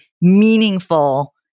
meaningful